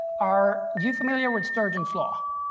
are you familiar with sturgeon's law?